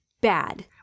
bad